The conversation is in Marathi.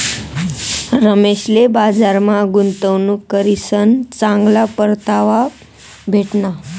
रमेशले बजारमा गुंतवणूक करीसन चांगला परतावा भेटना